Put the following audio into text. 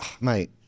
mate